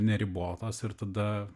neribotos ir tada